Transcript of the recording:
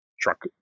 Truck